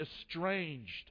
estranged